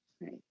Right